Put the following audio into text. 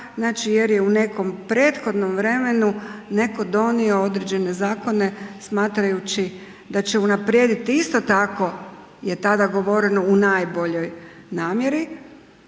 jer u nekom prethodnom vremenu netko donio određene zakone smatrajući da će unaprijediti isto tako je tada govoreno u najboljoj namjeri,